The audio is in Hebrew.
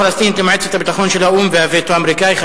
הביטחון של האו"ם והווטו האמריקני,